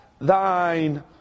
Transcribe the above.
thine